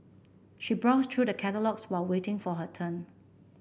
she browsed through the catalogues while waiting for her turn